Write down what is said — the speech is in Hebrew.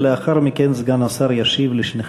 ולאחר מכן סגן השר ישיב לשניכם.